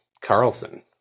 Carlson